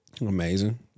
Amazing